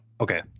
Okay